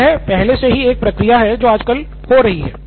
तो यह पहले से ही एक प्रक्रिया है जो आज कल हो रही है